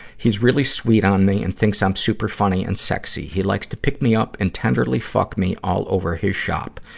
he's really sweet on me and thinks i'm super funny and sexy. he likes to pick me up and tenderly fuck me all over his shop.